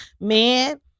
man